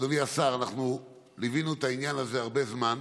אדוני השר, אנחנו ליווינו את העניין הזה הרבה זמן.